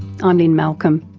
i'm lynne malcolm.